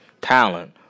talent